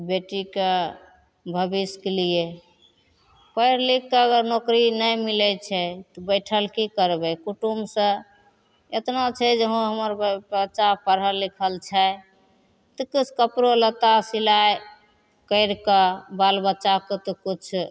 बेटीके भविष्यके लिए पढ़ि लिखिके अगर नौकरी नहि मिलै छै तऽ बैठल कि करबै कुटुम्बसे एतना छै जे हँ हमर बच्चा पढ़ल लिखल छै तऽ किछु कपड़ो लत्ता सिलाइ करिके बाल बच्चाकेँ तऽ किछु